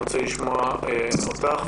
אני רוצה לשמוע אותך,